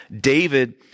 David